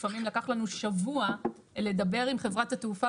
לפעמים לקח לנו שבוע לדבר עם חברת התעופה